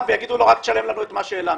ויאמרו לו שישלם רק את מה שהוא העלים.